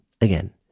Again